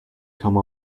come